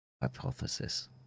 hypothesis